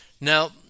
Now